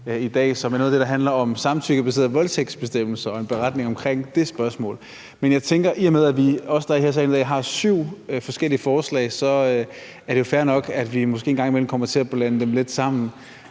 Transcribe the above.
dagsordenen i dag, som handler om en samtykkebaseret voldtægtsbestemmelse og en beretning om det spørgsmål. Men jeg tænker, at i og med at os, der er her i salen i dag, har syv forskellige forslag til behandling, er det jo fair nok, at vi måske engang imellem kommer til at blande dem lidt sammen.